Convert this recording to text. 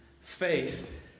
Faith